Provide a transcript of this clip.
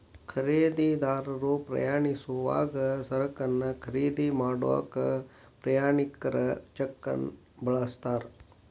ಖರೇದಿದಾರರು ಪ್ರಯಾಣಿಸೋವಾಗ ಸರಕನ್ನ ಖರೇದಿ ಮಾಡಾಕ ಪ್ರಯಾಣಿಕರ ಚೆಕ್ನ ಬಳಸ್ತಾರ